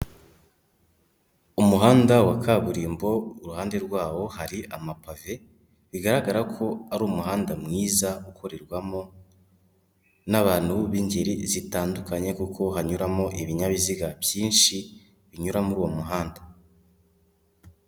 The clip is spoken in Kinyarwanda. Umuhanda wa kaburimbo iruhande rwawo hari amapave, bigaragara ko ari umuhanda mwiza uhurirwamo n'abantu b'ingeri zitandukanye kuko hanyuramo ibinyabiziga byinshi, binyura muri uwo muhanda.